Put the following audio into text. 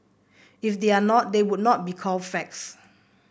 if they are not they would not be called facts